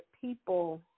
people